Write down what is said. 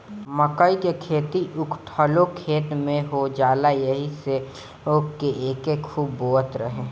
मकई कअ खेती उखठलो खेत में हो जाला एही से पहिले लोग एके खूब बोअत रहे